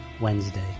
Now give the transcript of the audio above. Wednesday